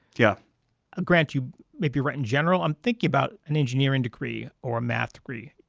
yeah ah granted, you may be right in general. i'm thinking about an engineering degree or a math degree.